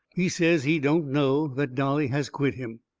he says he don't know, that dolly has quit him.